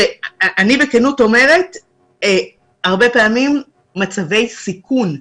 שאני בכנות אומרת שהם הרבה פעמים מצבי סיכון.